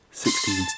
Sixteen